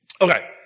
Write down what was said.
Okay